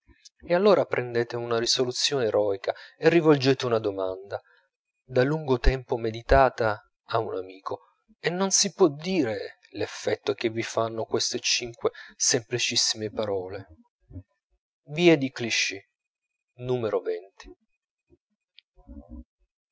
e allora prendete una risoluzione eroica e rivolgete una domanda da lungo tempo meditata a un amico e non si può dire l'effetto che vi fanno queste cinque semplicissime parole via di clichy numero venti